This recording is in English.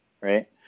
right